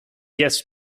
jazz